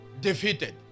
defeated